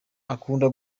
akunda